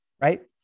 right